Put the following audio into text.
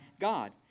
God